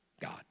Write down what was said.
God